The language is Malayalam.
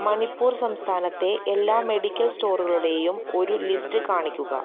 മണിപ്പൂര് സംസ്ഥാനത്തെ എല്ലാ മെഡിക്കൽ സ്റ്റോറുകളുടെയും ഒരു ലിസ്റ്റ് കാണിക്കുക